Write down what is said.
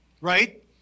right